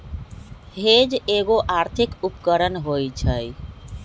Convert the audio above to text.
hedge एगो आर्थिक उपकरण होइ छइ